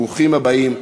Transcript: ברוכים הבאים.